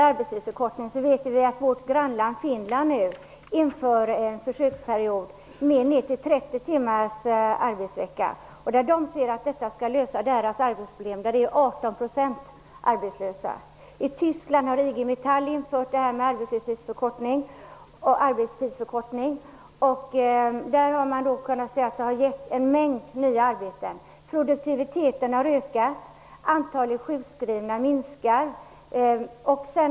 Fru talman! Vårt grannland Finland inför nu en försöksperiod med ned till 30 timmars arbetsvecka. Man menar att det löser deras arbetslöshetsproblem. 18 % av människorna i Finland är ju arbetslösa. I Tyskland har IG Metall infört arbetstidsförkortning. Där har man kunnat se att arbetstidsförkortningen gett en mängd nya arbeten. Produktiviteten har ökat. Antalet sjukskrivna minskar.